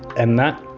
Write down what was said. and that,